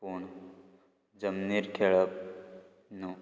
पूण जमनीर खेळप न्हू